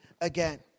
again